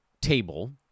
table